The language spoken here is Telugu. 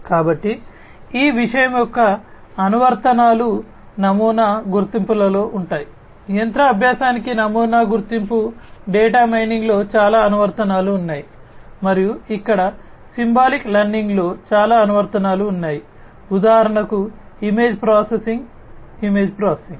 కాబట్టి ఈ విషయం యొక్క అనువర్తనాలు నమూనా గుర్తింపులో ఉంటాయి యంత్ర అభ్యాసానికి నమూనా గుర్తింపు డేటా మైనింగ్లో చాలా అనువర్తనాలు ఉన్నాయి మరియు ఇక్కడ సింబాలిక్ లెర్నింగ్లో చాలా అనువర్తనాలు ఉన్నాయి ఉదాహరణకు ఇమేజ్ ప్రాసెసింగ్ ఇమేజ్ ప్రాసెసింగ్